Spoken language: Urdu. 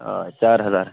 چار ہزار